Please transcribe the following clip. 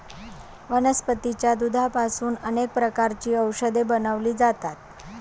वनस्पतीच्या दुधापासून अनेक प्रकारची औषधे बनवली जातात